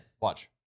watch